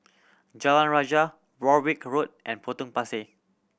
Jalan Rajah Warwick Road and Potong Pasir